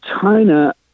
China